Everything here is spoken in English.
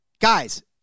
Guys